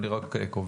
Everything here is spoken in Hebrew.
אני רק קובע.